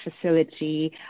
facility